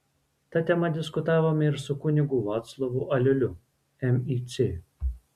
ta tema diskutavome ir su kunigu vaclovu aliuliu mic